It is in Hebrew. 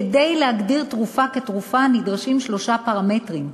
כדי להגדיר תרופה כתרופה נדרשים שלושה פרמטרים: